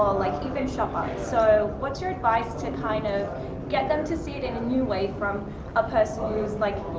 or like even shoppa, so what's your advice to kind of get them to see it in a new way from a personal use, like